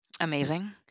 Amazing